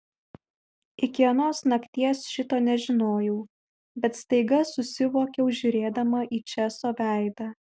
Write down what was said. iki anos nakties šito nežinojau bet staiga susivokiau žiūrėdama į česo veidą